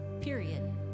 Period